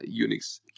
Unix